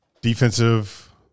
Defensive